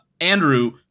Andrew